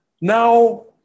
Now